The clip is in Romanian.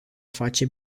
face